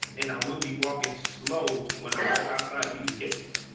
and i will be walking slow when i walk outside of these gates